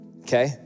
Okay